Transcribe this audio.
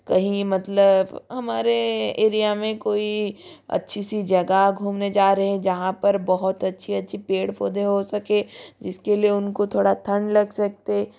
कहीं मतलब हमारे एरिया में कोई अच्छी सी जगह घूमने जा रहे हैं जहाँ पर बहुत अच्छे अच्छे पेड़ पौधे हो सके इसके लिए उनको थोडी ठंड लग सकते है